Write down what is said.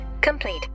complete